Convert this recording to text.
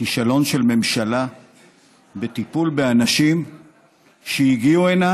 כישלון של ממשלה בטיפול באנשים שהגיעו הינה,